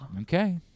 Okay